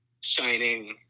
shining